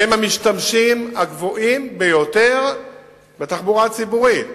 והם המשתמשים הקבועים הרבים ביותר בתחבורה הציבורית,